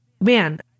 Man